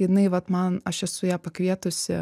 jinai vat man aš esu ją pakvietusi